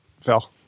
Phil